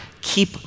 keep